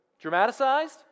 dramatized